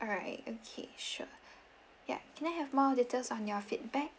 alright okay sure yeah can I have more details on your feedback